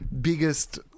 biggest